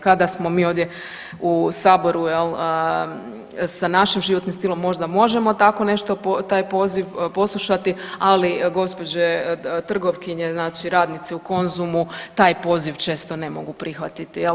Kada smo mi ovdje u saboru jel sa našim životnim stilom možda možemo tako nešto taj poziv poslušati, ali gospođe trgovkinje znači radnice u Konzumu taj poziv često ne mogu prihvatiti jel.